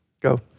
Go